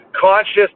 conscious